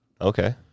Okay